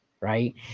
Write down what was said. Right